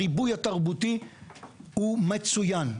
הריבוי התרבותי הוא מצוין.